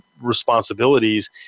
responsibilities